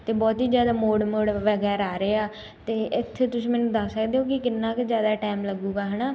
ਅਤੇ ਬਹੁਤ ਹੀ ਜ਼ਿਆਦਾ ਮੋੜ ਮੋੜ ਵਗੈਰਾ ਆ ਰਹੇ ਆ ਅਤੇ ਇੱਥੇ ਤੁਸੀਂ ਮੈਨੂੰ ਦੱਸ ਸਕਦੇ ਹੋ ਕਿ ਕਿੰਨਾ ਕੁ ਜ਼ਿਆਦਾ ਟੈਮ ਲੱਗੂਗਾ ਹੈ ਨਾ